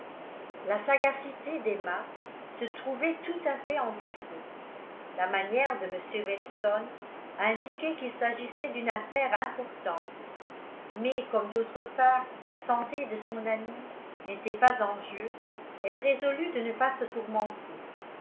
la sagacité d'emma se trouvait tout à fait en défaut la manière de m weston indiquait qu'il s'agissait d'une affaire importante mais comme d'autre part la santé de son amie n'était pas en jeu elle résolut de ne pas se tourmenter